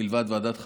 מלבד עם ועדת חריגים,